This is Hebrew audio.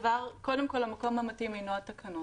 קודם כול, המקום המתאים לזה אינו התקנות.